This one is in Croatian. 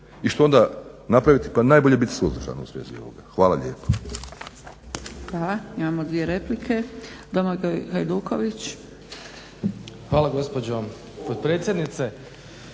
I što onda napraviti? Pa najbolje biti suzdržan u svezi ovoga. Hvala lijepa.